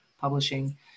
Publishing